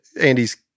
andy's